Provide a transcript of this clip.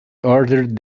ordered